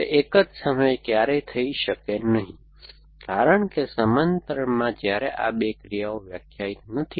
તે એક જ સમયે ક્યારેય થઈ શકે નહીં કારણ કે સમાંતરમાં થતી આ 2 ક્રિયાઓ વ્યાખ્યાયિત નથી